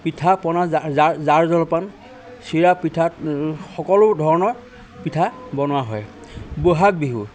পিঠা পনা জা জা জা জলপান চিৰা পিঠা সকলো ধৰণৰ পিঠা বনোৱা হয় ব'হাগ বিহু